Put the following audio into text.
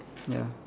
ya